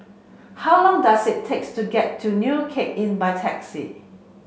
how long does it takes to get to New Cape Inn by taxi